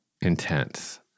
intense